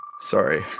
Sorry